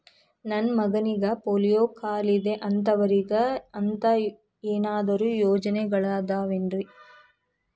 ನನ್ನ ಮಗನಿಗ ಪೋಲಿಯೋ ಕಾಲಿದೆ ಅಂತವರಿಗ ಅಂತ ಏನಾದರೂ ಯೋಜನೆಗಳಿದಾವೇನ್ರಿ?